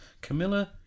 Camilla